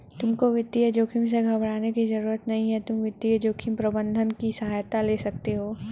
तुमको वित्तीय जोखिम से घबराने की जरूरत नहीं है, तुम वित्तीय जोखिम प्रबंधन की सहायता ले सकते हो